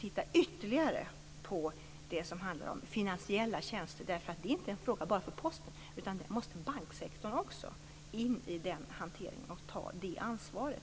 titta ytterligare på det som handlar om finansiella tjänster. Det är inte en fråga bara för Posten, utan här måste också banksektorn in i hanteringen och ta det ansvaret.